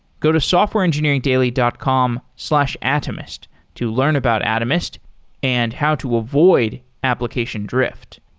go to softwareengineeringdaily dot com slash atomist to learn about atomist and how to avoid application drift.